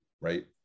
right